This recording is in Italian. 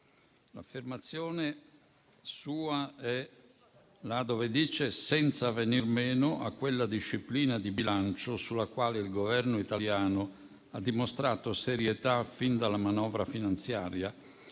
riferisco a quando lei dice: «Senza venir meno a quella disciplina di bilancio sulla quale il Governo italiano ha dimostrato serietà fin dalla manovra finanziaria